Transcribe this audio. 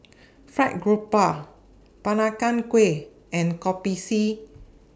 Fried Garoupa Peranakan Kueh and Kopi C